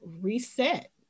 reset